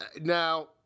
Now